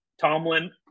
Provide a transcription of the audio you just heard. Tomlin